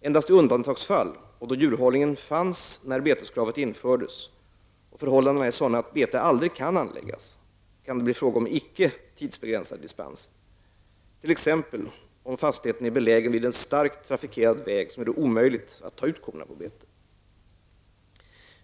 Endast i undantagsfall och då djurhållningen fanns när beteskravet infördes och förhållandena är sådana att bete aldrig kan anläggas kan det bli fråga om icke tidsbegränsade dispenser, t.ex. då fastigheten är belägen vid en starkt trafikerad väg som gör det omöjligt att ta ut korna på bete.